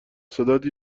صدات